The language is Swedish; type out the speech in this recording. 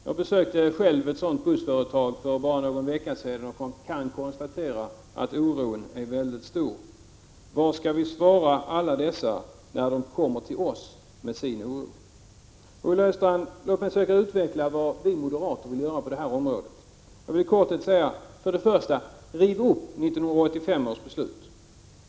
Jag besökte själv ett sådant bussföretag för bara någon vecka sedan och kunde konstatera att oron är mycket stor. Vad skall vi svara dem när de kommer till oss med sin oro? Olle Östrand! Låt mig försöka utveckla vad vi moderater vill att man skall göra på detta område: För det första bör man riva upp 1985 års beslut.